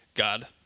God